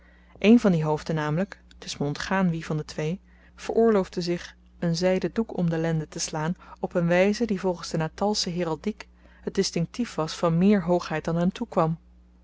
een van die hoofden namelyk t is me ontgaan wie van de twee veroorloofde zich n zyden doek om de lenden te slaan op n wyze die volgens de natalsche heraldiek t distinktief was van meer hoogheid dan hem toekwam